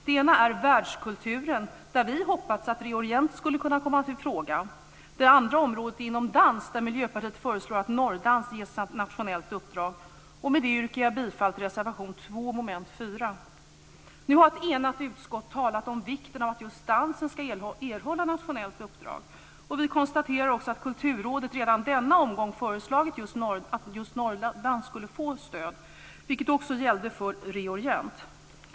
Det ena är världskulturen, där vi hoppats att Reorient skulle kunna komma i fråga. Det andra området är inom dans där Miljöpartiet föreslår att Norrdans ges ett nationellt uppdrag. Med det yrkar jag bifall till reservation 2 under mom. 4. Nu har ett enat utskott talat om vikten av att just dansen ska erhålla ett nationellt uppdrag. Vi konstaterar också att Kulturrådet redan denna omgång föreslagit att just Norrdans skulle få stöd, vilket också gällde för Reorient.